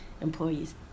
employees